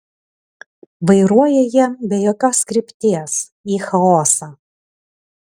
vairuoja jie be jokios krypties į chaosą